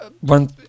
one